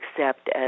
accept